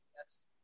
Yes